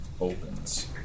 opens